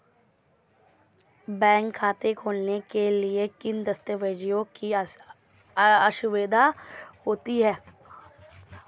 Bank खाता खोलने के लिए किन दस्तावेज़ों की आवश्यकता होती है?